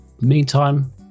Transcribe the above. Meantime